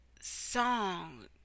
song